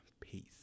Peace